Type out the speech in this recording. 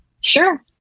Sure